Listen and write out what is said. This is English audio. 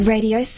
Radio